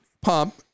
pump